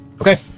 Okay